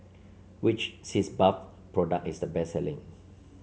which Sitz Bath product is the best selling